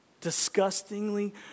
disgustingly